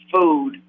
food